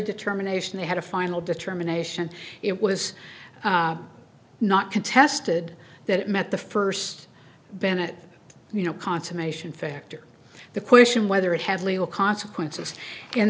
determination they had a final determination it was not contested that it met the first bennett you know consummation factor the question whether it had legal consequences and